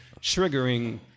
triggering